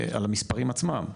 המספרים עצמם,